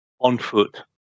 on-foot